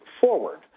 forward